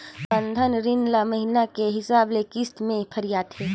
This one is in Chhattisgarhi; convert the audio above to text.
बंधन रीन ल महिना के हिसाब ले किस्त में फिराथें